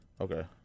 Okay